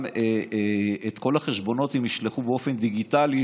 לשלוח את כל החשבונות באופן דיגיטלי,